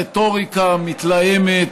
רטוריקה מתלהמת,